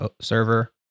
server